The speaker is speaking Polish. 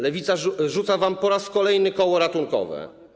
Lewica rzuca wam po raz kolejny koło ratunkowe.